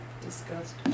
Disgust